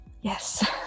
yes